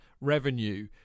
revenue